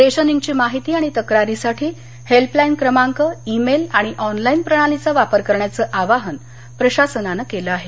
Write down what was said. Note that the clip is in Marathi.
रेशनिंगची माहिती आणि तक्रारीसाठी हेल्पलाईन क्रमांक इमेल आणि ऑनलाईन प्रणालीचा वापर करण्याचं आवाहन प्रशासनानं केलं आहे